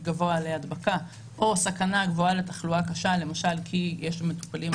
גבוה להדבקה או סכנה גבוהה לתחלואה קשה למשל כי יש מטופלים,